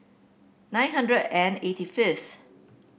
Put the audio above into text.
nine hundred and eighty fifth